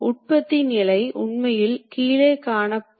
இவை அனைத்தும் அதில் உள்ள துணை பாகங்கள்